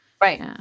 Right